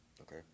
okay